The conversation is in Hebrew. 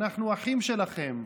אנחנו אחים שלכם,